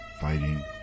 Fighting